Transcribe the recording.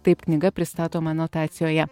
taip knyga pristatoma anotacijoje